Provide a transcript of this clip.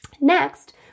Next